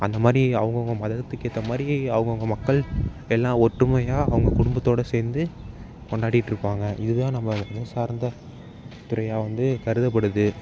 அந்தமாதிரி அவங்கங்க மதத்துக்கு ஏற்ற மாதிரி அவங்கவுங்க மக்கள் எல்லாம் ஒற்றுமையாக அவங்க குடும்பத்தோடு சேர்ந்து கொண்டாடிகிட்டு இருப்பாங்க இதுதான் நம்ம மதம் சார்ந்த துறையாக வந்து கருதப்படுது